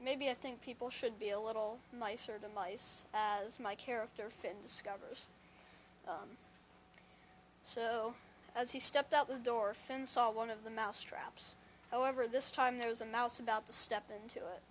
maybe i think people should be a little nicer to mice as my character fin discovers so as he stepped out the door fence saw one of the mouse traps however this time there was a mouse about to step into it